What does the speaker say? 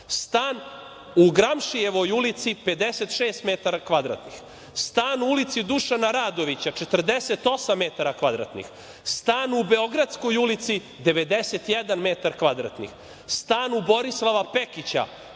stan u Gramšijevoj ulici 56 metara kvadratnih, stan u ulici Dušana Radovića 48 metara kvadratnih, stan u Beogradskoj ulici 91 metar kvadratni, stan u Borislava Pekića